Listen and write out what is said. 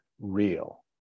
real